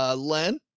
ah len,